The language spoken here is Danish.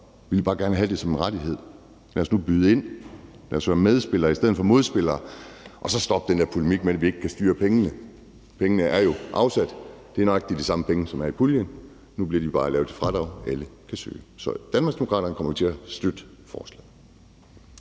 Vi vil bare gerne have det som en rettighed. Lad os nu byde ind, lad os være medspillere i stedet for modspillere. Og stop den der polemik med, at vi ikke kan styre pengene. Pengene er jo afsat. Det er nøjagtig de samme penge, som er i puljen; nu bliver de bare lavet til et fradrag, alle kan søge. Så i Danmarksdemokraterne kommer vi til at støtte forslaget.